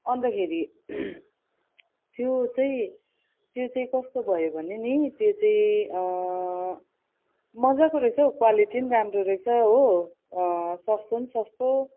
अन्तखेरि त्यो चाहिँ त्यो चाहिँ कस्तो भयो भने नि त्यो चाहिँ मजाको रहेछ हौ क्वालिटी पनि राम्रो रहेछ हो सस्तो पनि सस्तो